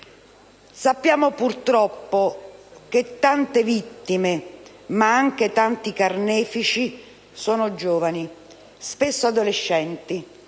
Sappiamo purtroppo che tante vittime, ma anche tanti carnefici, sono giovani, spesso adolescenti.